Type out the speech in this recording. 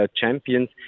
champions